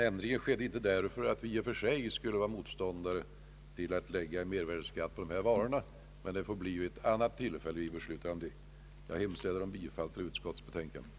Ändringen skedde emellertid inte därför att vi i och för sig skulle vara motståndare till mervärdeskatt på dessa varor, men beslut därom får fattas vid ett annat tillfälle. Herr talman! Jag hemställer om bifall till utskottets förslag.